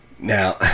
Now